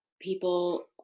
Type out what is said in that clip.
people